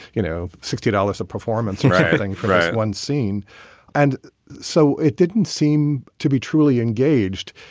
you know, sixty dollars a performance killing for one scene and so it didn't seem to be truly engaged